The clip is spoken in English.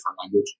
language